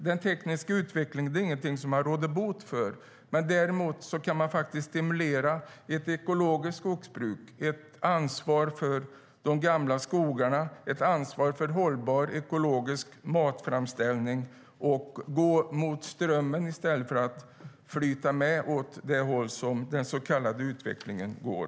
Den tekniska utvecklingen är ingenting som man råder bort på, men däremot kan man stimulera ett ekologiskt skogsbruk, ett ansvar för de gamla skogarna, ett ansvar för hållbar ekologisk matframställning och gå mot strömmen i stället för att flyta med åt det håll som den så kallade utvecklingen går.